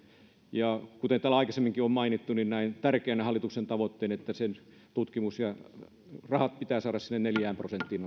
ja kuten täällä aikaisemminkin on mainittu minäkin näen tärkeänä sen hallituksen tavoitteen että ne rahat pitää saada nostettua sinne neljään prosenttiin